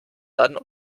dann